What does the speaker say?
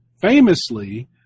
famously